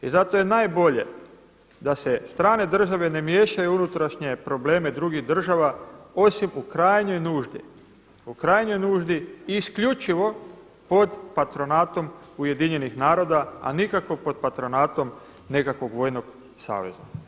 I zato je najbolje da se strane države ne miješaju u unutrašnje probleme drugih država osim u krajnjoj nuždi, krajnjoj nuždi isključivo pod patronatom Ujedinjenih naroda, a nikako pod patronatom nekakvog vojnog saveza.